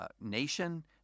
nation